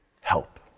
help